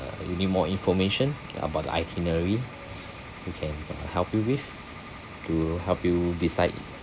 uh you need more information about the itinerary we can uh help you with to help you decide